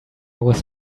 was